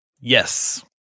Yes